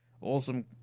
awesome